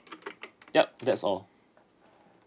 yup that's all